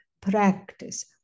practice